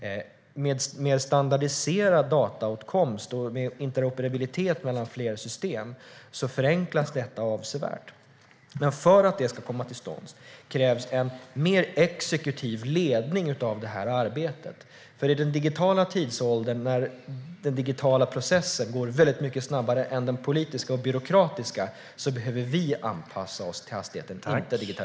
Med standardiserad dataåtkomst och med interoperabilitet mellan fler system förenklas det avsevärt. För att det ska komma till stånd krävs en mer exekutiv ledning av arbetet. I den digitala tidsåldern när den digitala processen går väldigt mycket snabbare än den politiska och den byråkratiska behöver vi anpassa oss till hastigheten och inte digitaliseringen.